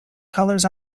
colours